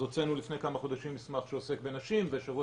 אז הוצאנו לפני כמה חודשים מסמך שעוסק בנשים ובשבוע